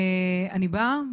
אני באה,